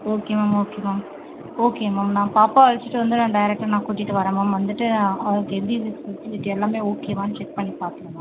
okay ma'am okay ma'am ஓகேங் ma'am நான் பாப்பாவை அழச்சிட்டு வந்து நான் டேரக்ட்டாக நான் கூட்டிகிட்டு வரேன் மேம் வந்துவிட்டு அவளுக்கு எப்படி இது ஃபெசிலிட்டி எல்லாமே ஓகேவான்னு செக் பண்ணி பார்க்குறேன் மேம்